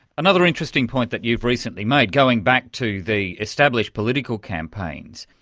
another interesting point that you've recently made, going back to the established political campaigns,